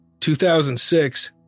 2006